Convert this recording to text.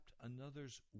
another's